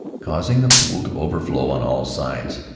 causing the pool to overflow on all sides,